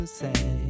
say